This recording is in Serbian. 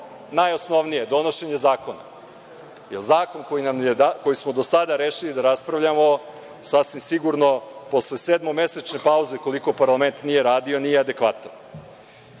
najosnovnije – donošenje zakona, jer zakon koji smo do sada rešili da raspravljamo sasvim sigurno posle sedmomesečne pauze, koliko parlament nije radio, nije adekvatan. Prvi